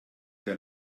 der